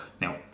Now